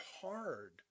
hard